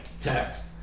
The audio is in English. text